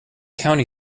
county